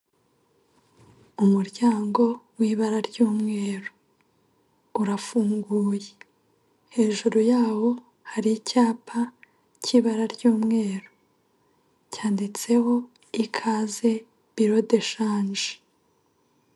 Umuryango w'ibara ry'umweru, urafunguye, hejuru yawo hari icyapa cy'ibara ry'umweru, cyanditseho ikaze birodeshanji.